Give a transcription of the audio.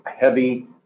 heavy